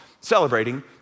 celebrating